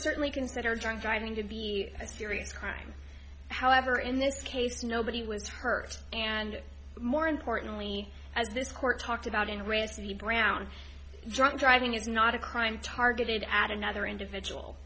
certainly consider drunk driving to be a serious crime however in this case nobody was hurt and more importantly as this court talked about and raised brown drunk driving is not a crime targeted at another individual